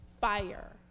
fire